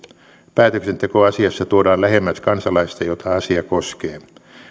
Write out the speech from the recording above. päätöksenteko asiassa tuodaan lähemmäksi kansalaista jota asia koskee